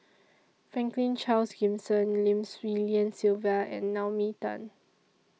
Franklin Charles Gimson Lim Swee Lian Sylvia and Naomi Tan